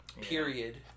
period